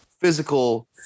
physical